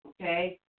okay